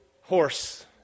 horse